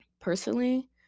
Personally